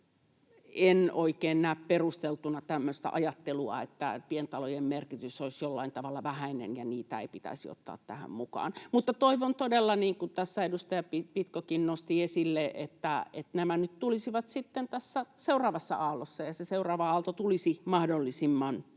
en oikein näe perusteltuna tämmöistä ajattelua, että pientalojen merkitys olisi jollain tavalla vähäinen ja niitä ei pitäisi ottaa tähän mukaan. Mutta toivon todella, niin kuin tässä edustaja Pitkokin nosti esille, että nämä nyt tulisivat tässä seuraavassa aallossa ja se seuraava aalto tulisi mahdollisimman